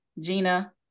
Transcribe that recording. Gina